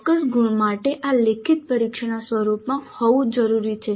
ચોક્કસ ગુણ માટે આ લેખિત પરીક્ષાના સ્વરૂપમાં હોવું જરૂરી છે